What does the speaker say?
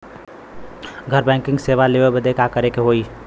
घर बैकिंग सेवा लेवे बदे का करे के होई?